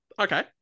Okay